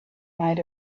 might